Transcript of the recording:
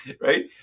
Right